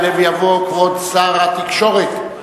יעלה ויבוא כבוד שר התקשורת,